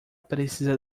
precisa